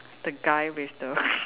the guy with the